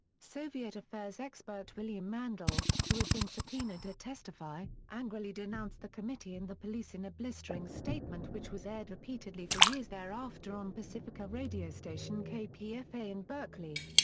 soviet affairs expert william mandel, who had been subpoenaed to testify, angrily denounced the committee and the police in a blistering statement which was aired repeatedly for years thereafter on pacifica radio station kpfa in berkeley.